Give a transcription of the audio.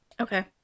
Okay